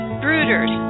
brooders